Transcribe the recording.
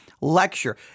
lecture